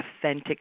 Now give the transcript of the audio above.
authentic